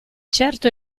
certo